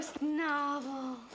Novel